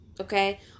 okay